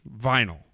vinyl